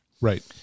Right